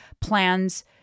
plans